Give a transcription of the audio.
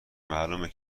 معلومه